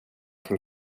kan